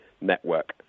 network